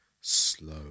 slow